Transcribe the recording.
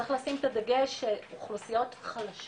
צריך לשים את הדגש על כך שאלה אוכלוסיות חלשות